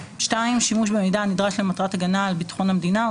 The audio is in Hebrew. (2) שימוש במידע הנדרש למטרת הגנה על בטחון המדינה או